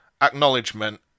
acknowledgement